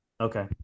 Okay